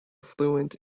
fluent